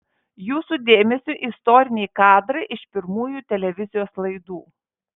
jūsų dėmesiui istoriniai kadrai iš pirmųjų televizijos laidų